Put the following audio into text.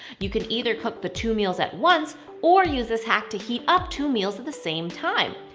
you can either cook the two meals at once or use this hack to heat up two meals at the same time.